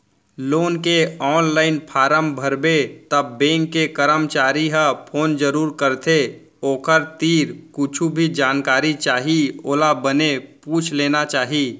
loan के online form भरबे त बेंक के करमचारी ह फोन जरूर करथे ओखर तीर कुछु भी जानकारी चाही ओला बने पूछ लेना चाही